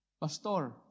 Pastor